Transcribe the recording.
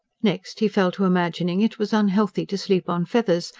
next he fell to imagining it was unhealthy to sleep on feathers,